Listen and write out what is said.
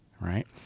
right